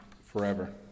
forever